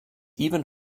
even